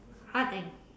art and